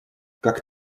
как